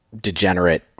degenerate